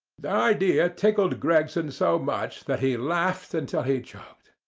the idea tickled gregson so much that he laughed until he choked.